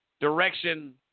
direction